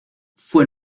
fue